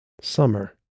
Summer